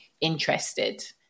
interested